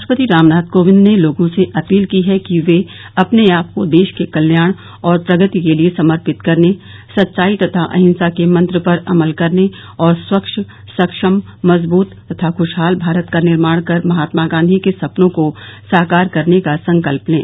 राष्ट्रपति रामनाथ कोविंद ने लोगों से अपील की है कि वे अपने आपको देश के कल्याण और प्रगति के लिए समर्पित करने सच्चाई तथा अहिंसा के मंत्र पर अमल करने और स्वच्छ सक्षम मजबूत तथा ख्शहाल भारत का निर्माण कर महात्मा गांधी के सपनों को साकार करने का संकल्प लें